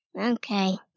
Okay